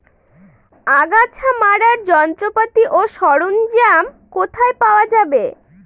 আগাছা মারার যন্ত্রপাতি ও সরঞ্জাম কোথায় পাওয়া যাবে?